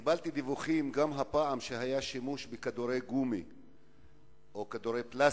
קיבלתי דיווחים שגם הפעם היה שימוש בכדורי גומי או כדורי פלסטיק.